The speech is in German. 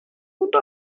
und